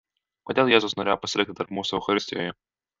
kodėl jėzus norėjo pasilikti tarp mūsų eucharistijoje